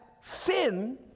sin